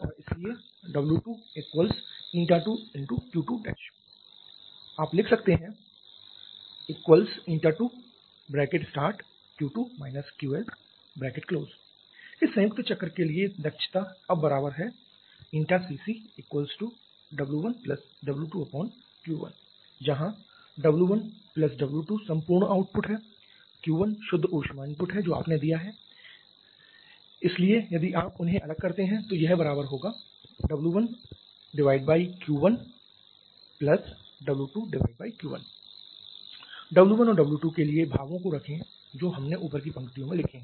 और इसीलिए W22Q2 कि आप इसे लिख सकते हैं 2Q2 QL इस संयुक्त चक्र के लिए दक्षता अब बराबर है CCW1W2Q1 जहां W1 W2 संपूर्ण आउटपुट है Q1 शुद्ध ऊष्मा इनपुट है जो आपने दिया है इसलिए यदि आप उन्हें अलग करते हैं तो यह बराबर होगा W1Q1W2Q1 W1 और W2 के लिए भावों को रखें जो हमने ऊपर की पंक्तियों में लिखे हैं